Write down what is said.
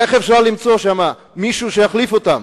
איך אפשר למצוא מישהו שיחליף אותם?